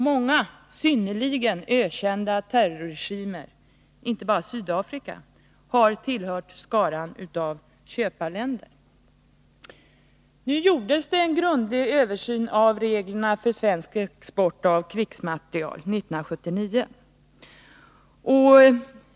Många synnerligen ökända terrorregimer har tillhört skaran av köparländer. En grundlig översyn av reglerna för svensk export av krigsmateriel gjordes 1979.